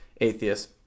atheist